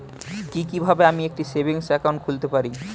কি কিভাবে আমি একটি সেভিংস একাউন্ট খুলতে পারি?